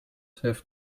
have